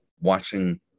watching